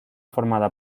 formada